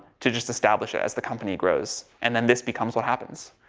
to just establish it as the company grows, and then this becomes what happens.